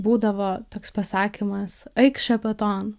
būdavo toks pasakymas eik šepeton